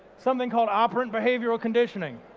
something called operant behavioural conditioning.